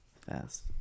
Fast